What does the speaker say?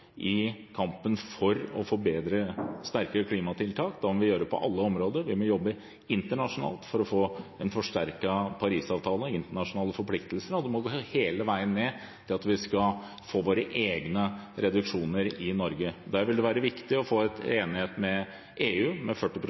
i kampen for å få bedre, sterkere klimatiltak. Da må vi gjøre det på alle områder, vi må jobbe internasjonalt for å få en forsterket parisavtale, internasjonale forpliktelser, og det må gå hele veien ned til at vi skal få våre egne reduksjoner i Norge. Der vil det være viktig å få til enighet med EU, med 40